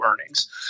earnings